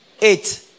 Eight